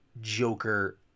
Joker